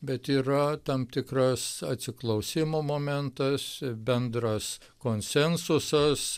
bet yra tam tikras atsiklausimo momentas bendras konsensusas